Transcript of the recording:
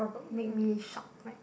make me shocked right